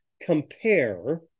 compare